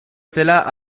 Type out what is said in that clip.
zela